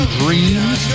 dreams